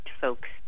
folks